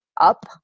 up